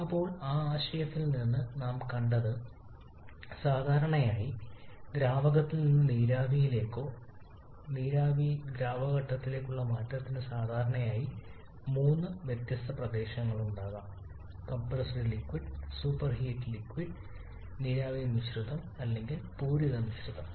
ഇപ്പോൾ ആ ആശയത്തിൽ നിന്ന് നാം കണ്ടത് സാധാരണയായി ദ്രാവകത്തിൽ നിന്ന് നീരാവിയിലേക്കോ നീരാവിയിലേക്കോ ദ്രാവക ഘട്ടത്തിലേക്കുള്ള മാറ്റത്തിന് സാധാരണയായി മൂന്ന് വ്യത്യസ്ത പ്രദേശങ്ങളുണ്ടാകാം കംപ്രസ്ഡ് ലിക്വിഡ് സൂപ്പർഹീഡ് നീരാവി മിശ്രിതo അല്ലെങ്കിൽ പൂരിത മിശ്രിതo